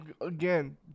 Again